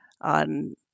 on